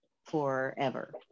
forever